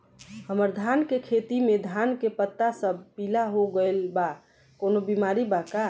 हमर धान के खेती में धान के पता सब पीला हो गेल बा कवनों बिमारी बा का?